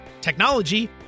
technology